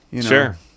sure